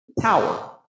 Tower